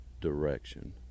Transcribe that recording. direction